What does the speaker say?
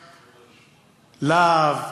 "להב",